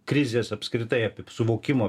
krizės apskritai suvokimo